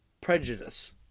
prejudice